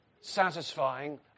satisfying